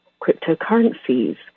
cryptocurrencies